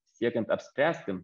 siekiant apspręsti